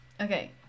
okay